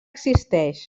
existeix